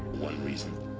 one reason.